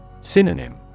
Synonym